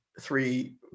three